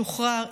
שוחרר,